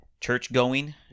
church-going